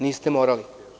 Niste morali.